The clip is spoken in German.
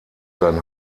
sein